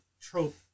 trope